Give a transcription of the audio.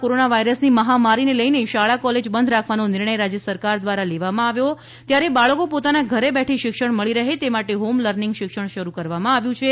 હાલમાં કોરોના વાયરસની મહામારીને લઈને શાળા કોલેજ બંધ રાખવાનો નિર્ણય રાજ્ય સરકાર દ્વારા લેવામાં આવ્યો છે ત્યારે બાળકો પોતાના ધરે બેઠી અને શિક્ષણ મળી રહે એ માટે હોમ લર્નીંગ શિક્ષણ શરૂ કરવામાં આવેલ છે